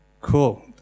Cool